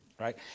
right